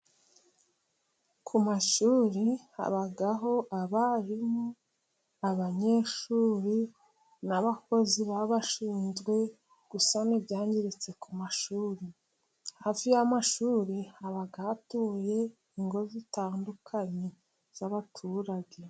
Ku mashuri habaho abarimu, abanyeshuri n'abakozi baba bashinzwe gusana ibyangiritse ku mashuri, hafi y'amashuri haba hatuye ingo zitandukanye z'abaturage.